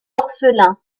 orphelins